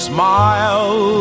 Smile